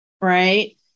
right